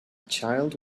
child